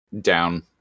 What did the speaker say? Down